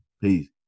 peace